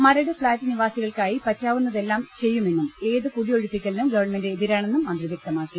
Maradu flat നിവാസികൾക്കായി പറ്റാവുന്നതെല്ലാം ചെയ്യുമെന്നും ഏതു കുടിയൊഴിപ്പിക്കലിനും ഗവർണമെന്റ് എതിരാണെന്നും മന്ത്രി വ്യക്തമാക്കി